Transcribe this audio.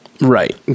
Right